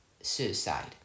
suicide